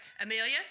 Amelia